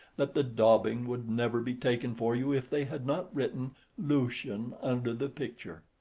that the daubing would never be taken for you if they had not written lucian under the picture.